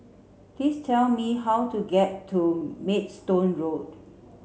please tell me how to get to Maidstone Road